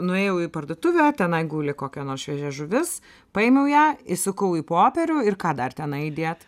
nuėjau į parduotuvę tenai guli kokia nors šviežia žuvis paėmiau ją įsukau į popierių ir ką dar tenai dėt